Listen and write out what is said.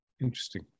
Interesting